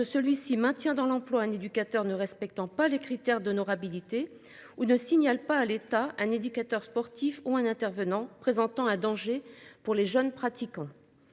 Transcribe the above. celui-ci maintien dans l'emploi, un éducateur ne respectant pas les critères d'honorabilité ou ne signale pas à l'État un éducateur sportif ou un intervenant présentant un danger pour les jeunes pratiquants.